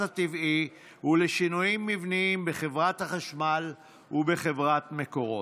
הטבעי ולשינויים מבניים בחברת החשמל ובחברת מקורות.